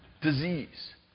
Disease